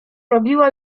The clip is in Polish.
robiła